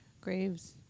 Graves